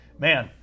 Man